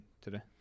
today